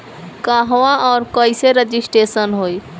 कहवा और कईसे रजिटेशन होई?